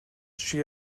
she